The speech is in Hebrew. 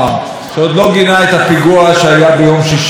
רצח האישה הפלסטינית,